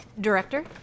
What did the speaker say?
Director